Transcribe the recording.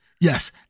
Yes